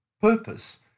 purpose